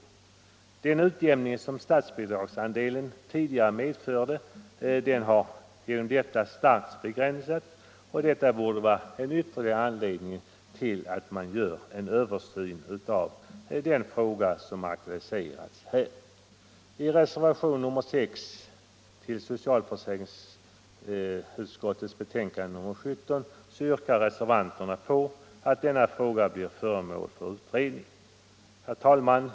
Den utjämning som statsbidragsandelen tidigare medfört har genom detta starkt begränsats, vilket borde vara en ytterligare anledning till en översyn av den fråga som här aktualiserats. I reservationen 6 till socialförsäkringsutskottets betänkande nr 17 yrkar reservanterna att denna fråga blir föremål för utredning. Herr talman!